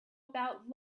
about